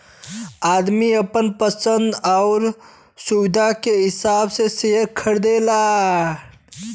आदमी आपन पसन्द आउर सुविधा के हिसाब से सेअर खरीदला